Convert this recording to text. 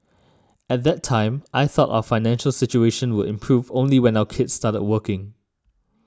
at that time I thought our financial situation would improve only when our kids started working